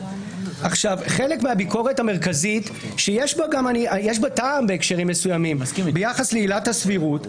חלק מהביקורת המרכזית שיש בה טעם בהקשרים מסוימים ביחס לעילת הסבירות,